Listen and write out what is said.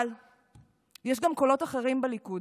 אבל יש גם קולות אחרים בליכוד,